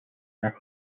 her